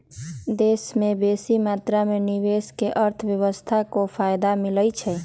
देश में बेशी मात्रा में निवेश से अर्थव्यवस्था को फयदा मिलइ छइ